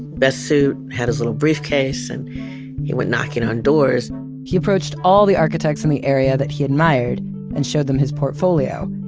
best suit. had his little briefcase, and he went knocking on doors he approached all the architects in the area that he admired and showed them his portfolio.